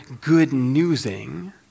good-newsing